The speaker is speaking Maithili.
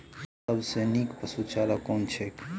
सबसँ नीक पशुचारा कुन छैक?